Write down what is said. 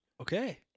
okay